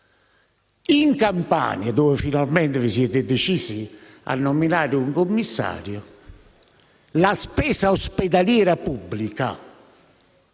In Campania, dove finalmente vi siete decisi a nominare un commissario, la spesa ospedaliera pubblica